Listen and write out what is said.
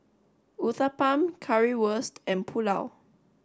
Uthapam Currywurst and Pulao